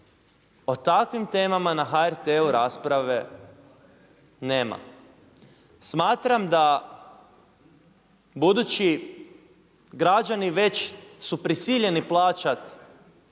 o takvim temama na HRT-u rasprave nema. Smatram da budući građani već su prisiljeni plaćati